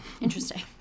interesting